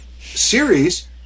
series